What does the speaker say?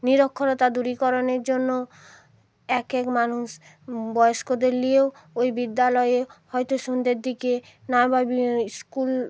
নিরক্ষরতা দূরীকরণের জন্য একেক মানুষ বয়স্কদের নিয়েও ওই বিদ্যালয়ে হয়তো সন্ধ্যের দিকে নর্মাল স্কুল